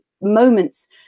moments